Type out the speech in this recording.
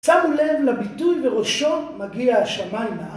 שמו לב לביטוי וראשו מגיע השמיימה